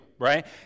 right